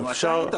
היה.